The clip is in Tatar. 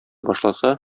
башласа